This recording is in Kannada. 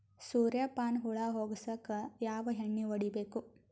ಸುರ್ಯಪಾನ ಹುಳ ಹೊಗಸಕ ಯಾವ ಎಣ್ಣೆ ಹೊಡಿಬೇಕು?